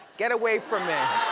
get away from me.